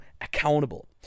accountable